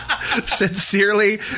Sincerely